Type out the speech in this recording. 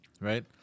right